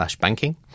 Banking